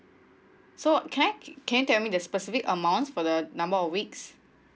so can I can you tell me the specific amount for the number of weeks